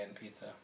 pizza